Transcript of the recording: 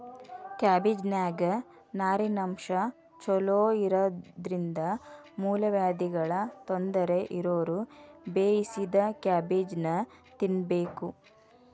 ಕ್ಯಾಬಿಜ್ನಾನ್ಯಾಗ ನಾರಿನಂಶ ಚೋಲೊಇರೋದ್ರಿಂದ ಮೂಲವ್ಯಾಧಿಗಳ ತೊಂದರೆ ಇರೋರು ಬೇಯಿಸಿದ ಕ್ಯಾಬೇಜನ್ನ ತಿನ್ಬೇಕು